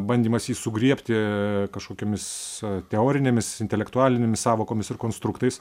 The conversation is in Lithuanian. bandymas jį sugriebti kažkokiomis teorinėmis intelektualinėmis sąvokomis ir konstruktais